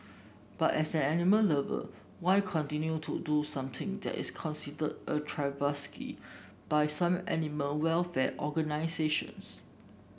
but as an animal lover why continue to do something that is considered a travesty by some animal welfare organisations